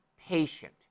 patient